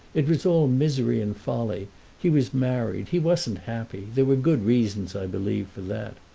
it was all misery and folly he was married. he wasn't happy there were good reasons, i believe, for that.